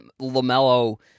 Lamelo